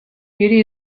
beauty